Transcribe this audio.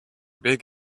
big